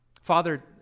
Father